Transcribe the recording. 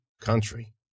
country